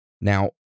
Now